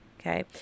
Okay